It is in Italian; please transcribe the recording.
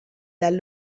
dal